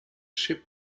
ship